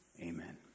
Amen